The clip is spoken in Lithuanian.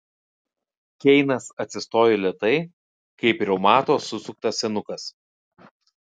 keinas atsistojo lėtai kaip reumato susuktas senukas